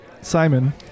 Simon